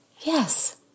yes